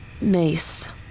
mace